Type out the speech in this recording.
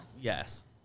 Yes